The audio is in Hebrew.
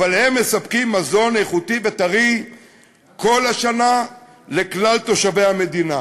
והם מספקים מזון איכותי וטרי כל השנה לכלל תושבי המדינה,